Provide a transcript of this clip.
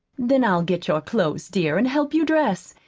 then i'll get your clothes, dear, and help you dress,